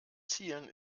zielen